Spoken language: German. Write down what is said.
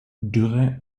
dürre